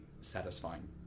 satisfying